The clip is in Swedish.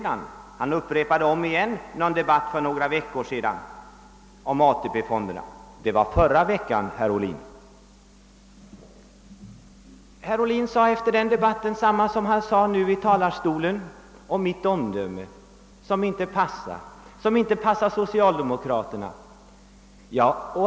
Och han upprepade: en debatt för några veckor sedan, om ATP-fonderna. Det var förra veckan, herr Ohlin. Herr Ohlin sade efter den debatten detsamma som han nu sade om mitt omdöme, som inte passar — som inte passar socialdemokraterna.